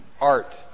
art